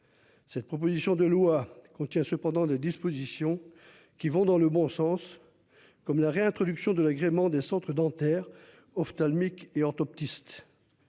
Cette proposition de loi contient cependant des dispositions qui vont dans le bon sens, comme la réintroduction de l'agrément des centres dentaires ophtalmiques et orthoptiste.